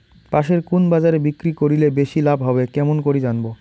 পাশের কুন বাজারে বিক্রি করিলে বেশি লাভ হবে কেমন করি জানবো?